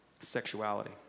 sexuality